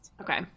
Okay